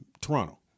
Toronto